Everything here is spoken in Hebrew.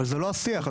אני לא רוצה